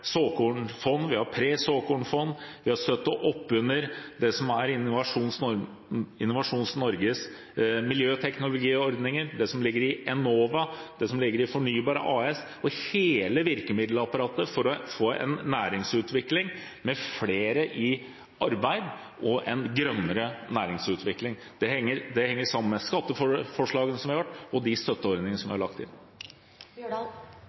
såkornfond, vi har presåkornfond, og vi har støttet opp under det som er Innovasjon Norges miljøteknologiordninger, det som ligger i Enova, det som ligger i Fornybar AS – hele virkemiddelapparatet for å få en næringsutvikling med flere i arbeid og en grønnere næringsutvikling. Det henger sammen med skatteforslagene som vi har kommet med, og de støtteordningene som